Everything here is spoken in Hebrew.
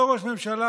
אותו ראש ממשלה,